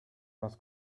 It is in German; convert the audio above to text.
was